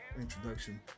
introduction